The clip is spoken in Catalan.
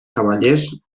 cavallers